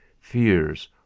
fears